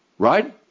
Right